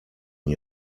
nie